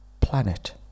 planet